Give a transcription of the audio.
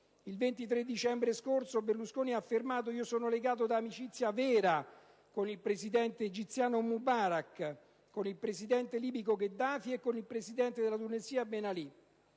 Il 23 dicembre scorso Berlusconi ha affermato: «Sono legato da amicizia vera con il presidente egiziano Mubarak, con il presidente libico Gheddafi e con il presidente della Tunisia Ben Ali».